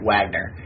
Wagner